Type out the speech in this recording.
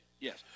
Yes